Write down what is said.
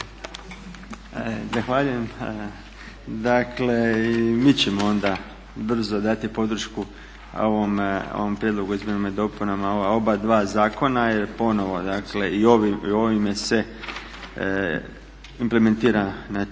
Dakle i mi ćemo onda brzo dati podršku ovom prijedlogu izmjenama i dopunama oba dva zakona jer ponovno dakle i ovime se implementira načelo